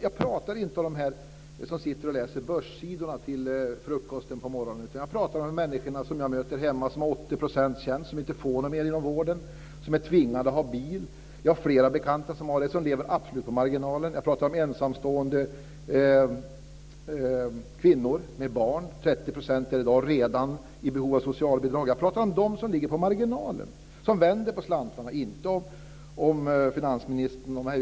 Jag pratar inte om dem som sitter och läser börssidorna vid frukosten, utan jag pratar om de människor jag möter hemma som har 80 % tjänst inom vården och inte kan få mer arbete och som är tvingade att ha bil. Jag har flera bekanta som lever absolut på marginalen. Jag pratar om ensamstående kvinnor med barn. 30 % är redan i dag beroende av socialbidrag. Jag pratar om dem som ligger på marginalen, som vänder på slantarna. Jag pratar inte om finansministern och mig.